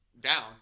down